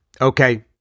Okay